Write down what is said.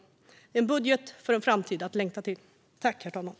Det är en budget för en framtid att längta till.